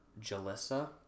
Jalissa